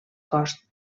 cost